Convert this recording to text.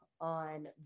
on